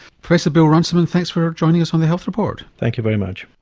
professor bill runciman thanks for joining us on the health report. thank you very much.